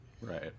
Right